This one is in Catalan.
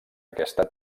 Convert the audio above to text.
aquesta